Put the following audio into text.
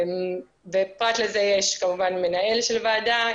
פרט לזה יש כמובן מנהל של ועדה,